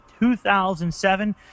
2007